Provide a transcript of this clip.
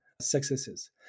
successes